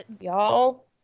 Y'all